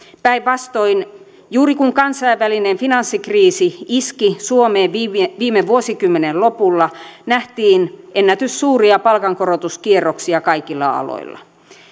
päinvastoin juuri kun kansainvälinen finanssikriisi iski suomeen viime viime vuosikymmenen lopulla nähtiin ennätyssuuria palkankorotuskierroksia kaikilla aloilla